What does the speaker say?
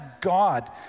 God